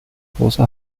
große